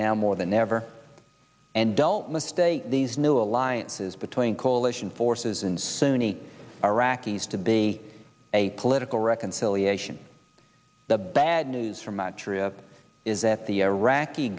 now more than ever and don't mistake these new alliances between coalition forces and sunni iraqis to be a political reconciliation the bad news from a trip is that the iraqi